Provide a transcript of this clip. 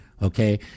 Okay